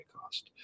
cost